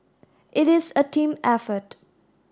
it is a team effort